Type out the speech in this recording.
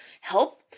help